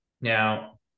Now